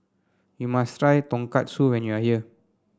you must try Tonkatsu when you are here